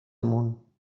amunt